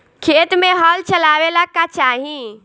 खेत मे हल चलावेला का चाही?